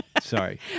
Sorry